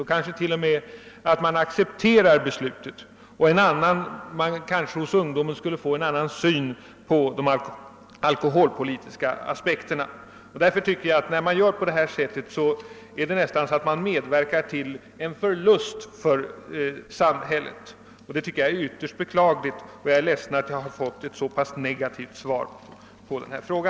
Kanske skulle man t.o.m. acceptera det. Man kanske hos ungdomen vidare skulle få en annan syn på de alkoholpolitiska aspekterna. Jag beklagar att jag fått ett så negativt svar på denna fråga.